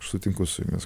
aš sutinku su jumis